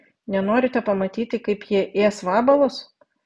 nenorite pamatyti kaip jie ės vabalus